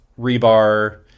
Rebar